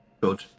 good